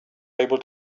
able